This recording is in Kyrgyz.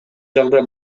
жагдай